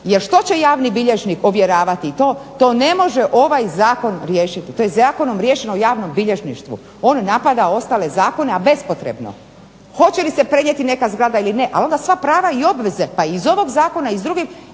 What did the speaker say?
Jel što će javni bilježnik ovjeravati to, to ne može ovaj zakon riješiti. To je riješeno Zakonom o javnom bilježništvu. On napada ostale zakone ali bespotrebno. Hoće li se prenijeti neka zgrada ili ne, ali onda sva prava i obveze pa iz ovog zakona i drugih